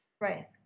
Right